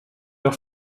leur